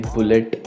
Bullet